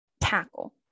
tackle